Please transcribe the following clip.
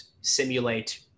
simulate